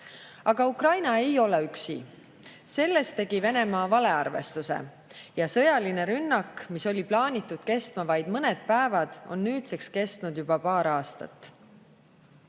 Aga Ukraina ei ole üksi. Selles tegi Venemaa valearvestuse. Ja sõjaline rünnak, mis oli plaanitud kestma vaid mõned päevad, on nüüdseks kestnud juba paar aastat. Rünnak